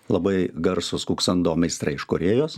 labai garsūs kuksando meistrai iš korėjos